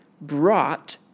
brought